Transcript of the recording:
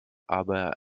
aber